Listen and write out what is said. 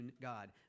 God